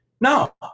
no